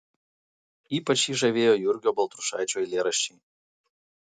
ypač jį žavėjo jurgio baltrušaičio eilėraščiai